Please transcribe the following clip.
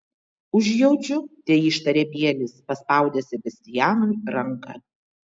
užjaučiu teištarė bielis paspaudęs sebastianui ranką